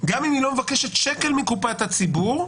גם אם היא לא מבקשת שקל מקופת הציבור,